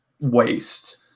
waste